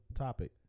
topic